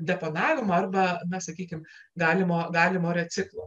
deponavimo arbra na sakykim galimo galimo reciklo